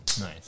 Nice